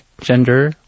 gender